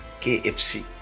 KFC